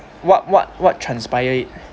what what what transpired it